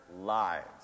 lives